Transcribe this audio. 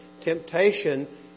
Temptation